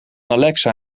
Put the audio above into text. alexa